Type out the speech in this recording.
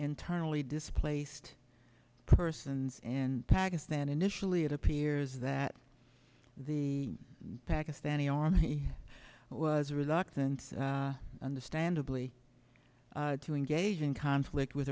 internally displaced persons in pakistan initially it appears that the pakistani army was reluctant understandably to engage in conflict with